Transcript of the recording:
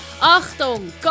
Achtung